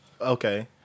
Okay